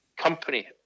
Company